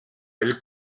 elle